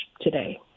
today